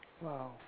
Wow